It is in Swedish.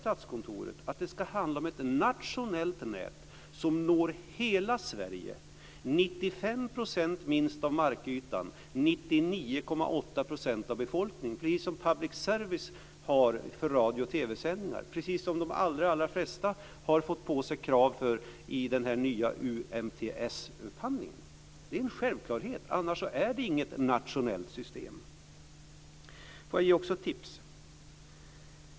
Statskontoret att det ska handla om ett nationellt nät som når hela Sverige, minst 95 % av markytan och 99,8 % av befolkningen - precis som public service har för radio och TV-sändningar och precis som de allra flesta har fått krav på sig i den nya UMTS upphandlingen. Det är en självklarhet, annars är det inget nationellt system. Jag vill också ge ett tips.